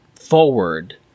forward